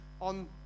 on